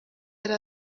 yari